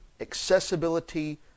accessibility